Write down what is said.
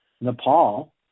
Nepal